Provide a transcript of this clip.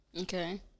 Okay